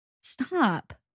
Stop